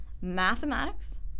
mathematics